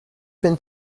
been